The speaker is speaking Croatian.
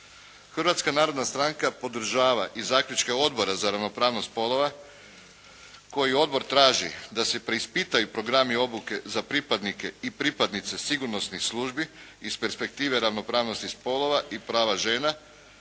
Hrvatska narodna stranka podržava i zaključke Odbora za ravnopravnost spolova koji Odbor traži da se preispitaju programi obuke za pripadnike i pripadnice sigurnosnih službi iz perspektive ravnopravnosti spolova i prava žena,